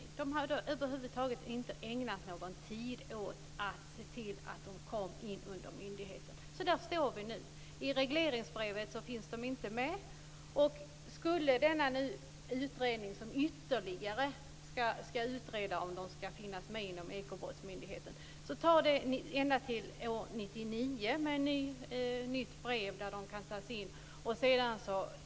Utredningen hade över huvud taget inte ägnat någon tid åt att se till att miljöbrott kom med i myndighetens ansvarsområde. Så där står vi nu. I regleringsbrevet finns de inte med. Skulle den utredning som nu ytterligare skall utreda om miljöbrotten skall hanteras av Ekobrottsmyndigheten komma fram till det, tar det ända till år 1999 innan det kommer ett nytt brev där de kan finnas med.